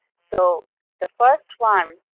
so the first one,